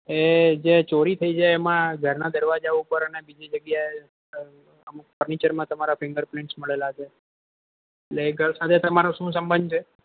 એ જે ચોરી થઈ છે એમાં ઘરના દરવાજા ઉપર અને બીજી જગ્યાએ અમુક ફર્નિચરમાં તમારા ફિંગર પ્રિન્ટસ મળેલા છે એટલે એ ઘર સાથે તમારો શું સંબંધ છે